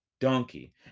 donkey